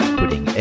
putting